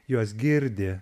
juos girdi